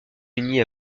unis